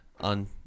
on